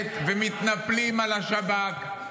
כנסת ומתנפלים על השב"כ.